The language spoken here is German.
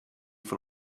von